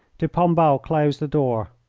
de pombal closed the door.